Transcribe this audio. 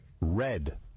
red